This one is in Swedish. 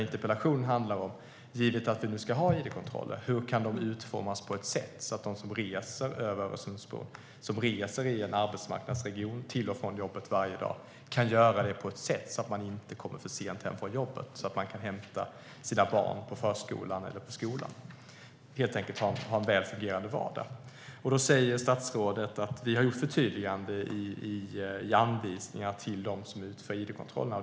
Interpellationen handlar om, givet att det ska vara id-kontroller, hur id-kontrollerna kan utformas på ett sätt så att de som reser över Öresundsbron, i en arbetsmarknadsregion, till och från jobbet varje dag, kan göra det så att de inte kommer för sent hem från jobbet, så att de kan hämta barnen på förskolan eller i skolan - helt enkelt ha en väl fungerande vardag. Då säger statsrådet att det har gjorts förtydliganden i anvisningar till dem som utför id-kontrollerna.